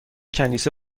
کنیسه